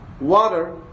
water